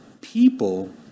People